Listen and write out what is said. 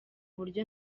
buryo